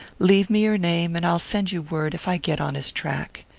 leave me your name and i'll send you word if i get on his track.